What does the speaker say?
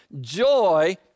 Joy